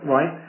Right